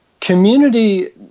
community